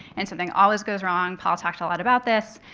and something always goes wrong. paul talked a lot about this.